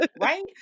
Right